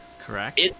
Correct